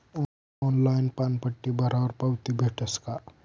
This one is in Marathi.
ऑनलाईन पानपट्टी भरावर पावती भेटस का?